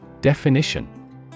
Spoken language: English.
Definition